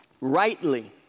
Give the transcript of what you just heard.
Rightly